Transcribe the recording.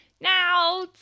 Now